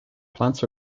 plants